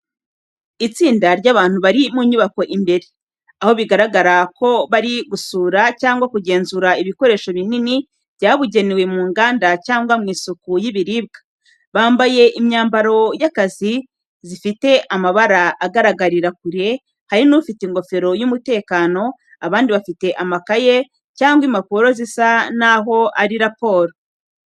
Itsinda ry’abantu bari mu nyubako imbere, aho bigaragara ko bari gusura cyangwa kugenzura ibikoresho binini byabugenewe mu nganda cyangwa mu isuku y’ibiribwa. Bambaye imyambaro y’akazi zifite amabara agaragarira kure, hari n'ufite ingofero y’umutekano, abandi bafite amakaye cyangwa impapuro zisa n’aho ari raporo.